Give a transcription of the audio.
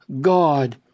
God